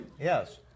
Yes